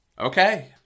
Okay